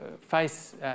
face